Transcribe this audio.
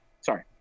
Sorry